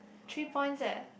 three points eh